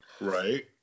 Right